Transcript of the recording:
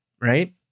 right